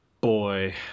boy